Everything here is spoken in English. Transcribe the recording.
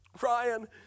Ryan